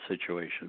situation